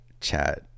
chat